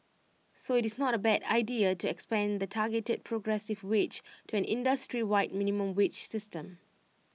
so IT is not A bad idea to expand the targeted progressive wage to an industry wide minimum wage system